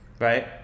right